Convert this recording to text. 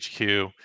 hq